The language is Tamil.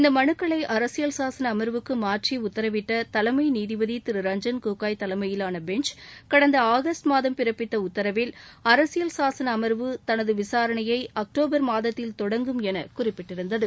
இந்த மனுக்களை அரசியல் சாசன அமர்வுக்கு மாற்றி உத்தரவிட்ட தலைமை நீதிபதி திரு ரஞ்சன் னேகாய் தலைமயிலான பெஞ்ச் கடந்த ஆகஸ்ட் மாதம் பிறப்பித்த உத்தரவில் அரசியல் சாசன அம்வு தனது விசாரணையை அக்டோபர் மாதத்தில் தொடங்கும் என குறிப்பிட்டிருந்தது